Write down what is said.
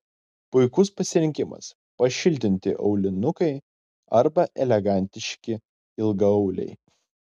puikus pasirinkimas pašiltinti aulinukai arba elegantiški ilgaauliai